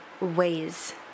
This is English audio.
ways